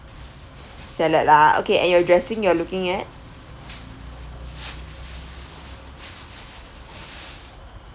salad lah okay and your dressing you are looking at